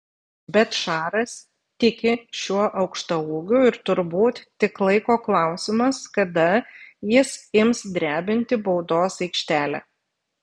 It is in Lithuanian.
bet šaras tiki šiuo aukštaūgiu ir turbūt tik laiko klausimas kada jis ims drebinti baudos aikštelę